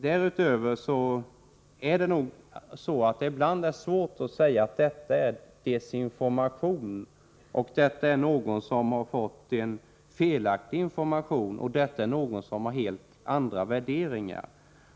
Därutöver är det nog så, att det ibland är svårt att säga att det i ett fall är desinformation — att någon har fått felaktig information — och att det i ett annat fall är fråga om att någon har andra värderingar.